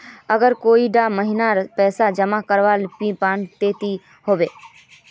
अगर कोई डा महीनात पैसा जमा करवा नी पाम ते की होबे?